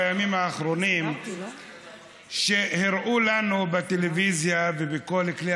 בימים האחרונים הראו לנו בטלוויזיה ובכל כלי